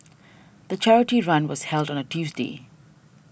the charity run was held on a Tuesday